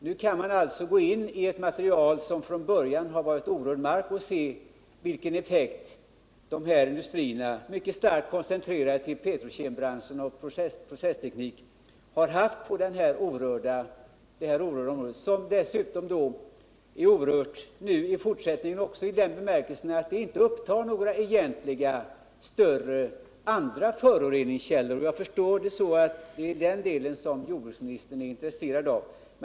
Nu kan man alltså gå in i ett material beträffande något som från början har varit orörd mark och se vilken effekt industrierna — mycket starkt koncentrerade till den petrokemiska branschen och processtekniken — har haft på det här orörda området, som är orört i fortsättningen också i den bemärkelsen att det inte upptar några egentliga andra större föroreningskällor. Jag förstår det hela så att det är den delen som jordbruksministern är intresserad av.